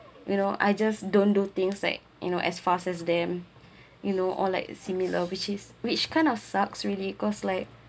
you know I just don't do things like you know as fast as them you know or like similar which is which kind of sucks really cause like